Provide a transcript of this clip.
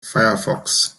firefox